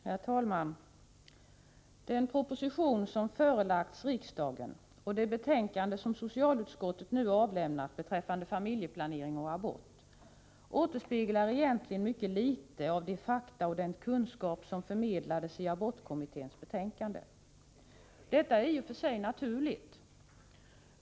Herr talman! Den proposition som förelagts riksdagen och det betänkande som socialutskottet nu avlämnat beträffande familjeplanering och abort återspeglar egentligen mycket litet av de fakta och den kunskap som förmedlades i abortkommitténs betänkande. Detta är i och för sig naturligt.